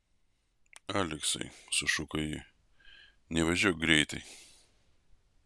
aleksai sušuko ji nevažiuok greitai